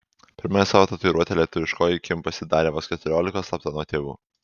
pirmąją savo tatuiruotę lietuviškoji kim pasidarė vos keturiolikos slapta nuo tėvų